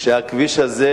שהכביש הזה,